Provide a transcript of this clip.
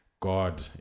god